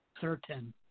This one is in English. certain